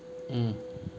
mm